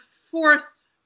fourth